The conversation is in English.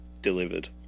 delivered